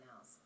else